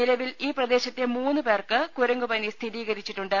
നിലവിൽ ഈ പ്രദേശത്തെ ദ പ്പേർക്ക് കുരങ്ങുപനി സ്ഥിരീകരിച്ചിട്ടുണ്ട്